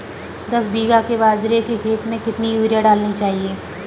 दस बीघा के बाजरे के खेत में कितनी यूरिया डालनी चाहिए?